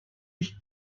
sich